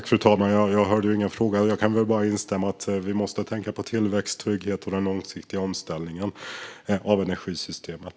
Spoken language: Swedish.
Fru talman! Jag hörde ingen fråga. Jag kan väl bara instämma i att vi måste tänka på tillväxt, trygghet och den långsiktiga omställningen av energisystemet.